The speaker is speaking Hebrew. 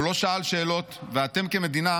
הוא לא שאל שאלות, ואתם כמדינה